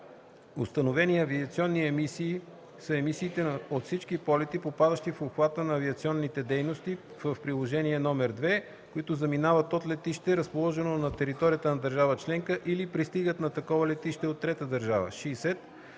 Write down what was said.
„Установени авиационни емисии” са емисиите от всички полети, попадащи в обхвата на авиационните дейности, изброени в Приложение № 2, които заминават от летище, разположено на територията на държава членка, или пристигат на такова летище от трета държава. 60.